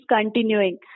continuing